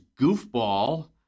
goofball